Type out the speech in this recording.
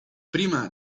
prima